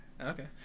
Okay